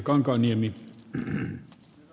herra puhemies